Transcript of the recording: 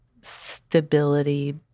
stability